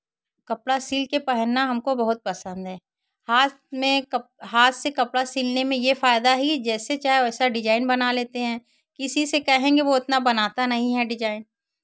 कपड़ा सिल के पहनना हमको बहुत पसंद है हाथ में कप् हाथ से कपड़ा सिलने में ये फ़ायदा है ये जैसे चाहे वैसा डिज़ाइन बना लेते हैं किसी से कहेंगे वो इतना बनाता नहीं है डिज़ाइन